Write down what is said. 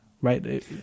right